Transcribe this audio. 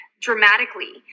dramatically